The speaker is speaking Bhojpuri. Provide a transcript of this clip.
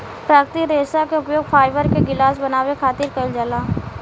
प्राकृतिक रेशा के उपयोग फाइबर के गिलास बनावे खातिर कईल जाला